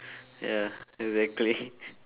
ya exactly